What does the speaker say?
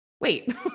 wait